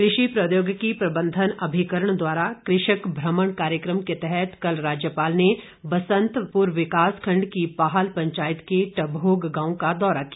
कृषि प्रौद्योगिकी प्रबंधन अभिकरण द्वारा कृषक भ्रमण कार्यकम के तहत कल राज्यपाल ने बसंतपुर विकास खंड की पाहल पंचायत के टभोग गांव का दौर किया